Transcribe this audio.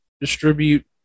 distribute